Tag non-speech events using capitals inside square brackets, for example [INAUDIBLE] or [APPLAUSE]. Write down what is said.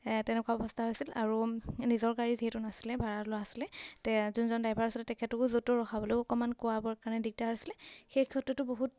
তেনেকুৱা অৱস্থা হৈছিল আৰু নিজৰ গাড়ী যিহেতু নাছিলে ভাড়া লোৱা আছিলে [UNINTELLIGIBLE] যোনজন ড্ৰাইভাৰ আছিলে তেখেতকো য'ত ত'ত ৰখাবলৈও অকণমান কোৱাবৰ কাৰণে দিগদাৰ আছিলে সেই ক্ষেত্ৰতো বহুত